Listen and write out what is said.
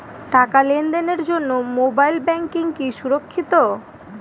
টাকা লেনদেনের জন্য মোবাইল ব্যাঙ্কিং কি সুরক্ষিত?